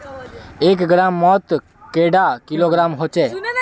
एक ग्राम मौत कैडा किलोग्राम होचे?